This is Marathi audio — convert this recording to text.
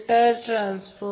तर Z Z ∆ 3